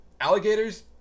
alligators